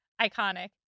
iconic